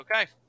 okay